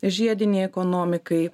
žiedinei ekonomikai